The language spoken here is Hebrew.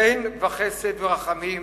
חן וחסד ורחמים.